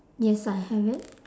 yes I have it